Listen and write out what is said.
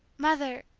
mother